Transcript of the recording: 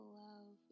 love